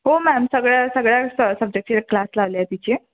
हो मॅम सगळं सगळ्या सबजेक्टचे क्लास लावले आहे तिचे